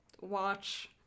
watch